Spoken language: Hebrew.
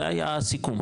זה היה הסיכום,